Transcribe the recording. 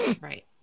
Right